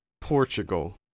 Portugal